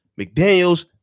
McDaniels